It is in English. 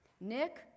Nick